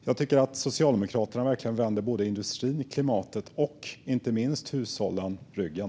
Jag tycker att Socialdemokraterna verkligen vänder både industrin, klimatet och inte minst hushållen ryggen.